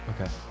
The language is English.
Okay